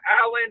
alan